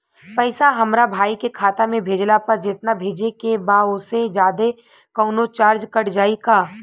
पैसा हमरा भाई के खाता मे भेजला पर जेतना भेजे के बा औसे जादे कौनोचार्ज कट जाई का?